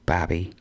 Bobby